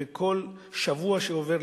וכל שבוע שעובר,